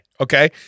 okay